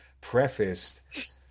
prefaced